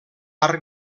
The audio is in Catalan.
arc